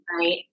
right